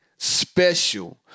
Special